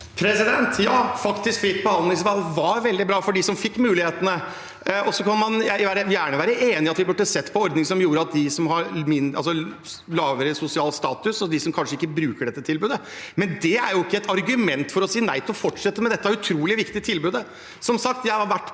Ja, fritt behand- lingsvalg var faktisk veldig bra for dem som fikk mulighetene. Jeg kan gjerne være enig i at vi burde sett på en ordning som gjorde at de som har lavere sosial status, og de som kanskje ikke bruker dette tilbudet, brukte det, men det er jo ikke et argument for å si nei til å fortsette med dette utrolig viktige tilbudet. Som sagt har jeg vært på